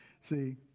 See